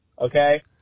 okay